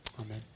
Amen